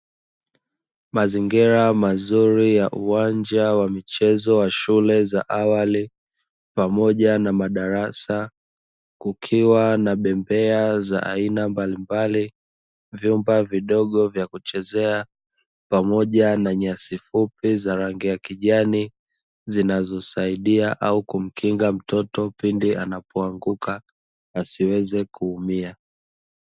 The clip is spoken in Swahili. Mazingira mazuri ya uwanja wa michezo wa shule za awali pamoja na madarasa kukiwa na bembea za aina mbalimbali vyupa vidogo vya kuchezea pamoja na nyasi fupi za rangi ya kijani zinazosaidia au kumkinga mtoto pindi anapoanguka asiweze kuumia.